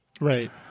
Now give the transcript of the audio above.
Right